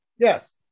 Yes